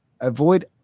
avoid